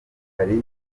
hari